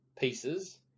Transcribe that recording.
pieces